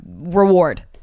reward